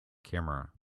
camera